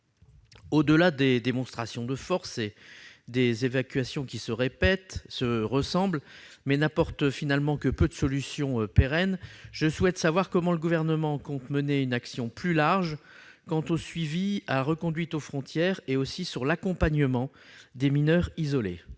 Au-delà des démonstrations de force et des évacuations qui se répètent et se ressemblent, mais n'apportent finalement que peu de solutions pérennes, je souhaite savoir si le Gouvernement compte mener une action plus large s'agissant du suivi des reconduites aux frontières et de l'accompagnement des mineurs isolés.